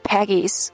Peggy's